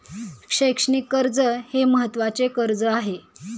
शैक्षणिक कर्ज हे महत्त्वाचे कर्ज आहे